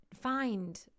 find